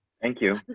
thank you.